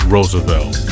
Roosevelt